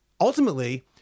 ultimately—